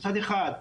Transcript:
מצד אחד,